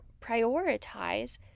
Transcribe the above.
prioritize